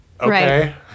Okay